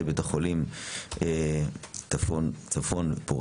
מנהל בית החולים צפון-פוריה,